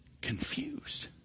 confused